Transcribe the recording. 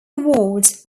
wards